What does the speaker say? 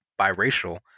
biracial